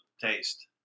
taste